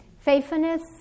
Faithfulness